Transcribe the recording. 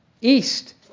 East